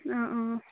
অঁ অঁ